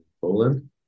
Poland